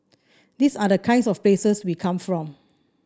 these are the kinds of places we come from